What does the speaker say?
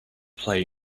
play